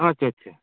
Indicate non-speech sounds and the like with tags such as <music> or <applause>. ᱟᱪᱷᱟ ᱪᱷᱟ <unintelligible>